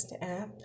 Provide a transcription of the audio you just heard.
app